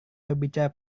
berbicara